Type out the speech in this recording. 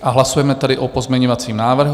A hlasujeme tedy o pozměňovacím návrhu.